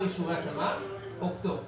או אישור הרשמה, או פטור.